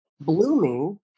blooming